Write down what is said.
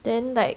then like